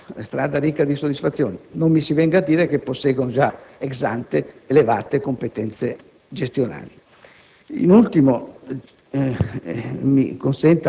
e auguro loro una strada ricca di soddisfazioni; non mi si venga a dire però che posseggono già *ex ante* elevate competenze gestionali.